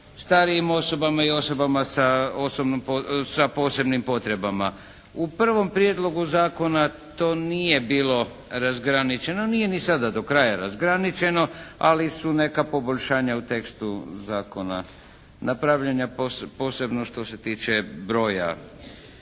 starijim osobama i o osobama sa posebnim potrebama. U prvom prijedlogu zakona to nije bilo razgraničeno, nije ni sada do kraja razgraničeno, ali su neka poboljšanja u tekstu zakona napravljena posebno što se tiče broja